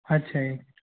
ਅੱਛਾ ਜੀ